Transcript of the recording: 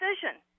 decision